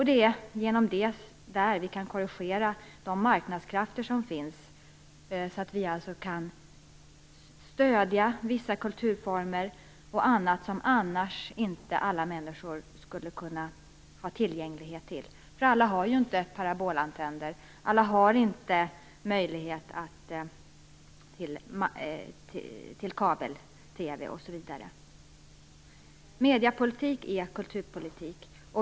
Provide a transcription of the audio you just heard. Det är där vi kan korrigera de marknadskrafter som finns, så att vi kan stödja vissa kulturformer och annat som annars inte alla människor skulle kunna ha tillgänglighet till. Alla har inte parabolantenner, alla har inte tillgång till kabel Mediepolitik är kulturpolitik.